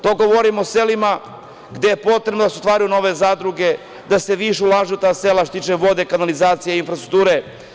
To govorim o selima gde je potrebno da se otvaraju nove zadruge, da se više ulaže u ta sela što se tiče vode, kanalizacije i infrastrukture.